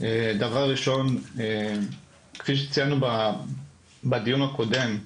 דבר ראשון כפי שציינו בדיון הקודם,